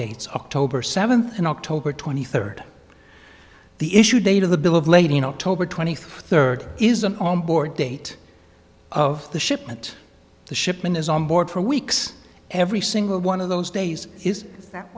dates october seventh and october twenty third the issue date of the bill of lading october twenty third is an on board date of the shipment the shipment is on board for weeks every single one of those days is that